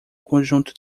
conjunto